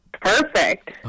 Perfect